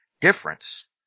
difference